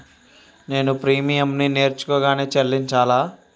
నేను ప్రీమియంని నేరుగా చెల్లించాలా?